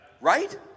Right